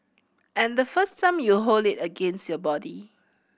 and the first time you hold it against your body